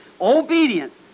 Obedience